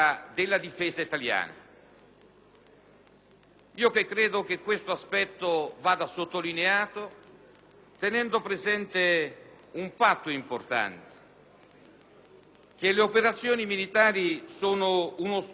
Io credo che questo aspetto vada sottolineato, avendo presente un fatto importante: le operazioni militari sono uno strumento di progetto politico